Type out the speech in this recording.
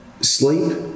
sleep